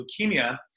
leukemia